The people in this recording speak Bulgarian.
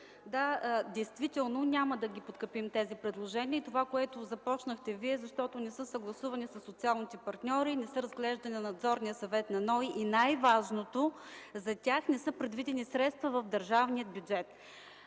да, действително няма да подкрепим тези предложения. Това, с което Вие започнахте: защото не са съгласувани със социалните партньори, не са разглеждани от Надзорния съвет на НОИ и най-важното – за тях не са предвидени средства в държавния бюджет.